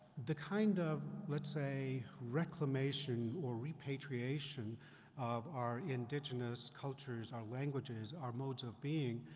the kind of, let's say, reclamation, or repatriation of our indigenous cultures, our languages, our modes of being,